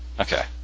Okay